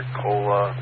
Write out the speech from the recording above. cola